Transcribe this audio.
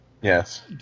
Yes